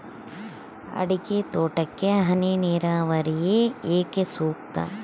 ಅಡಿಕೆ ತೋಟಕ್ಕೆ ಹನಿ ನೇರಾವರಿಯೇ ಏಕೆ ಸೂಕ್ತ?